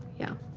yeah.